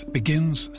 begins